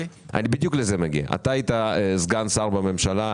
אתה היית סגן שר בממשלה,